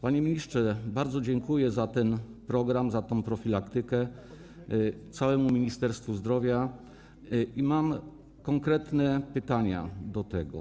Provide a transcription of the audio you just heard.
Panie ministrze, bardzo dziękuję za ten program, za tę profilaktykę całemu Ministerstwu Zdrowia i mam konkretne pytania co do tego.